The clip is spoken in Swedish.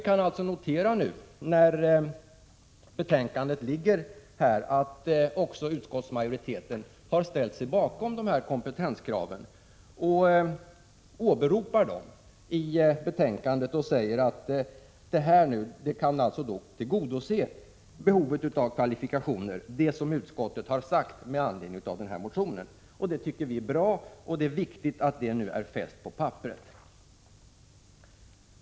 När betänkandet nu föreligger kan vi notera att utskottsmajoriteten har ställt sig bakom de kompetenskraven. Man åberopar dem i betänkandet och förklarar att det utskottet sagt med anledning av motionen kan tillgodose behovet av kvalifikationer. Det tycker jag är bra, och det är viktigt att detta nu är fäst på papper.